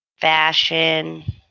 fashion